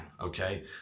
okay